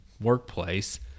workplace